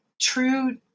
true